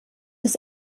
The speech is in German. des